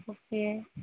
okay